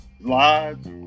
lives